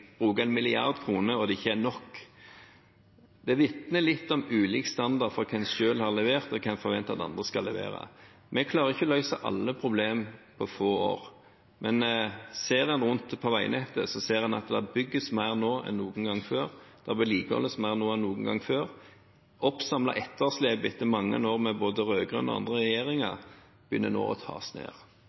og det ikke er nok. Det vitner litt om ulik standard for hva en selv har levert, og hva en forventer at andre skal levere. Vi klarer ikke å løse alle problem på få år, men ser en rundt på veinettet, ser en at det bygges mer nå enn noen gang før, og det vedlikeholdes mer nå enn noen gang før. Oppsamlet etterslep etter mange år med både rød-grønn regjering og andre regjeringer begynner nå å bli tatt ned,